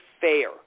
fair